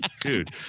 Dude